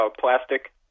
plastic